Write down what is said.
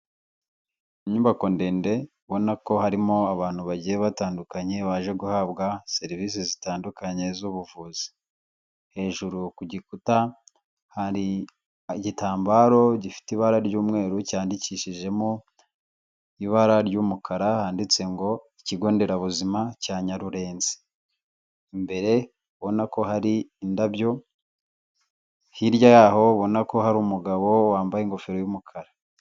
Inyubako ndende ubona ko harimo abantu bagiye batandukanye baje guhabwa serivise zitandukanye z'ubuvuzi, hejuru ku gikuta hari igitambaro gifite ibara ry'umweru cyandikishijemo ibara ry'umukara, handitse ngo ikigo nderabuzima cya Nyarurenzi, imbere ubona ko hari indabyo, hirya yaho ubona ko hari umugabo wambaye ingofero y'umukara.